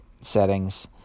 settings